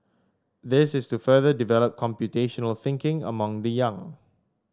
this is to further develop computational thinking among the young